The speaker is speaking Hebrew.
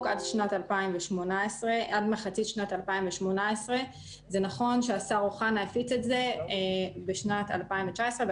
עד מחצית שנת 2018. זה נכון שהשר אוחנה הפיץ את זה בקיץ בשנת 2019,